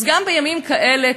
אז גם בימים קשים כאלה,